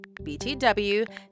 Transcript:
BTW